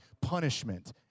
punishment